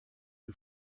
who